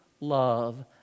love